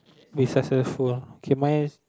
be successful K mine is